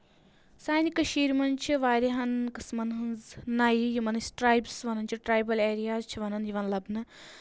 سانہِ کٔشیٖرِ منٛز چھِ واریاہَن قٕسمَن ہٕنٛز نَیہِ یِمَن أسۍ ٹرٛایبٕس وَنان چھِ ٹرایبٕل ایریاز چھِ وَنان یِوان لَبنہٕ